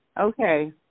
Okay